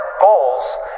goals